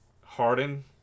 Harden